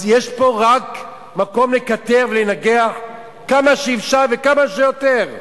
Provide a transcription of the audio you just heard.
אז יש פה רק מקום לקטר ולנגח כמה שאפשר וכמה שיותר.